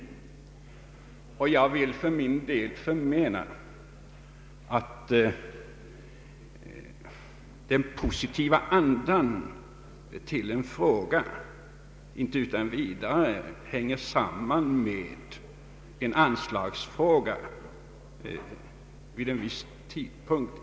Jag anser för min del att den positiva inställningen i en fråga inte utan vidare har att göra med behandlingen av anslagsfrågan vid en viss tidpunkt.